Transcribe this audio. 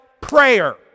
prayer